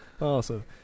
Awesome